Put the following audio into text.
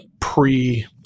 pre